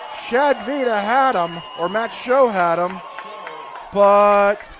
shad vedaa had him or matt schoh had him but.